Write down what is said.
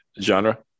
genre